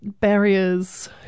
barriers